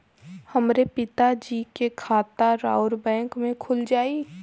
हमरे पिता जी के खाता राउर बैंक में खुल जाई?